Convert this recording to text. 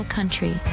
Country